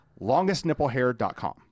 longestnipplehair.com